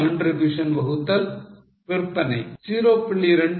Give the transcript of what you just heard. Contribution வகுத்தல் விற்பனை 0